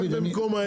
רק במקום העסק.